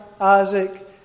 Isaac